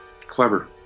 clever